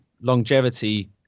longevity